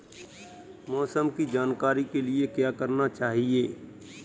मौसम की जानकारी के लिए क्या करना चाहिए?